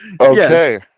Okay